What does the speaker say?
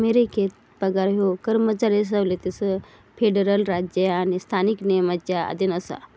अमेरिकेत पगार ह्यो कर्मचारी सवलतींसह फेडरल राज्य आणि स्थानिक नियमांच्या अधीन असा